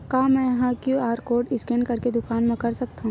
का मैं ह क्यू.आर कोड स्कैन करके दुकान मा कर सकथव?